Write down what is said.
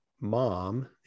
mom